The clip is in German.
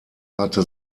hatte